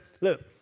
look